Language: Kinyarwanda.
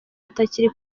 atakiri